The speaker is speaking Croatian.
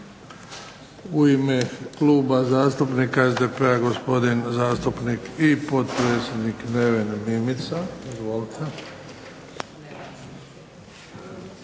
U ime Kluba zastupnika SDP-a gospodin zastupnik i potpredsjednik Neven Mimica. Izvolite.